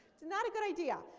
not a good idea.